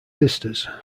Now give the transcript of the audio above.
sisters